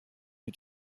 mit